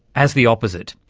as the opposite.